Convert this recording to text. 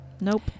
nope